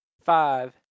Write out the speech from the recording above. five